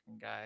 guy